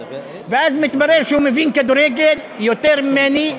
ואז מתברר שהוא מבין כדורגל יותר ממני.